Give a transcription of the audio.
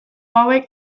hauek